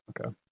Okay